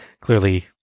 clearly